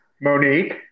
Monique